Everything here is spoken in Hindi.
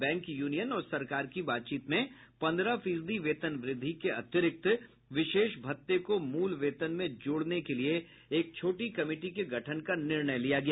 बैंक यूनियन और सरकार की बातचीत में पन्द्रह फीसदी वेतन वृद्धि के अतिरिक्त विशेष भत्ते को मूल वेतन में जोड़ने के लिए एक छोटी कमिटी के गठन का निर्णय लिया गया